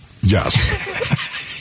Yes